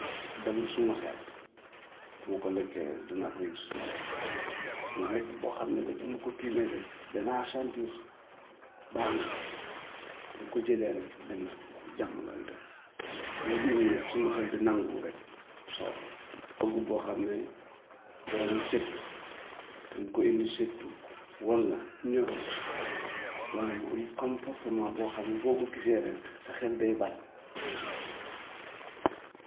Benn bu ma ko lekkee rek danaa ko yëg suma yaram, muy lekk boo xam ne rek bu ma ko tiimee rek danaa sentir baax na, bu ma ko jëlee rek dana jàmm lay doon, mais tamit nag suma xel bi nanguwul rek so togg boo xam ne boromam setut, fi mu ko indi setut, walla ñorut, walla mu am comportement boo xam ne boo ko gisee rek sa xel day bañ.